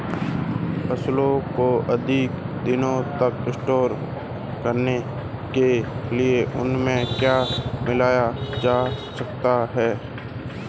फसलों को अधिक दिनों तक स्टोर करने के लिए उनमें क्या मिलाया जा सकता है?